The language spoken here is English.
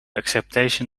acceptation